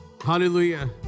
Hallelujah